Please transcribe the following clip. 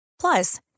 Plus